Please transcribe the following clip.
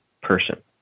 person